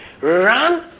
run